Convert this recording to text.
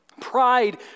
Pride